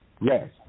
Yes